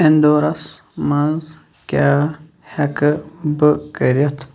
indoors منٛز کیٛاہ ہیٚکہٕ بہٕ کٔرِتھ